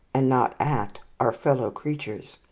and not at, our fellow creatures.